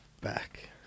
Back